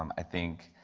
um i think